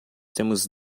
temos